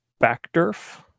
Backdurf